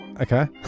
Okay